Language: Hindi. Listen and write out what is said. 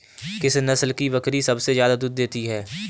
किस नस्ल की बकरी सबसे ज्यादा दूध देती है?